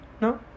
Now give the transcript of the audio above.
No